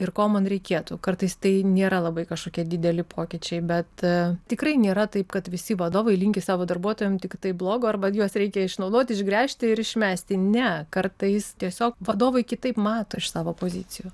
ir ko man reikėtų kartais tai nėra labai kažkokie dideli pokyčiai bet tikrai nėra taip kad visi vadovai linki savo darbuotojam tiktai blogo arba juos reikia išnaudoti išgręžti ir išmesti ne kartais tiesiog vadovai kitaip mato iš savo pozicijų